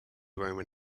roman